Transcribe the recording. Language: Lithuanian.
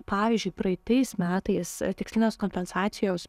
pavyzdžiui praeitais metais a tikslinės kompensacijos